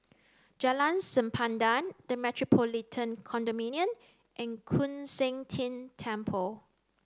Jalan Sempadan the Metropolitan Condominium and Koon Seng Ting Temple